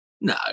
No